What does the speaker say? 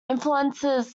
influences